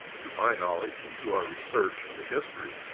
to my knowledge and to our research into history,